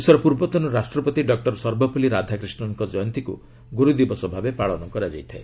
ଦେଶର ପୂର୍ବତନ ରାଷ୍ଟ୍ରପତି ଡକ୍ଟର ସର୍ବପଲ୍ଲୀ ରାଧାକ୍ରିଷନ୍ଙ୍କ ଜୟନ୍ତୀକୁ ଗୁର୍ଦଦବସ ଭାବେ ପାଳନ କରାଯାଇଥାଏ